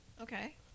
Okay